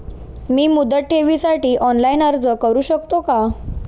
मी मुदत ठेवीसाठी ऑनलाइन अर्ज करू शकतो का?